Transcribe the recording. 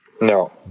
No